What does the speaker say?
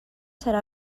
serà